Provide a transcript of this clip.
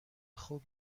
خوب